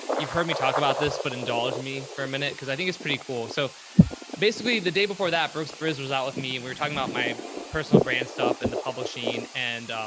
you've heard me talk about this, but indulge me for a minute. cause i think it's pretty cool. so basically the day before that bruce bruce was out with me and we were talking about my personal brand stuff and the publishing and,